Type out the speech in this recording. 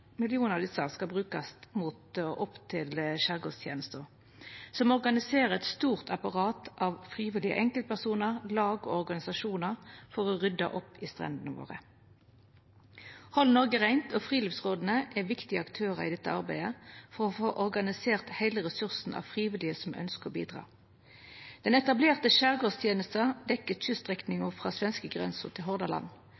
av desse skal brukast til Skjærgårdstjenesten, som organiserer eit stort apparat av frivillige enkeltpersonar, lag og organisasjonar for å rydja opp på strendene våre. Hold Norge Rent og friluftsråda er viktige aktørar i dette arbeidet, for å få organisert heile ressursen av frivillige som ønskjer å bidra. Den etablerte